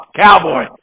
Cowboy